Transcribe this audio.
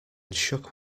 shook